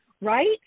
right